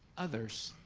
others.